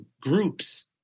groups